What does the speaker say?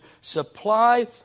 supply